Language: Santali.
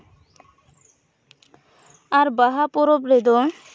ᱟᱨ ᱵᱟᱦᱟ ᱯᱚᱨᱚᱵᱽ ᱨᱮᱫᱚ